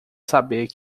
saber